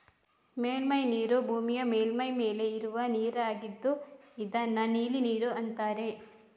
ಮೇಲ್ಮೈ ನೀರು ಭೂಮಿಯ ಮೇಲ್ಮೈ ಮೇಲೆ ಇರುವ ನೀರಾಗಿದ್ದು ಇದನ್ನ ನೀಲಿ ನೀರು ಅಂತಾರೆ